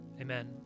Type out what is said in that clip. Amen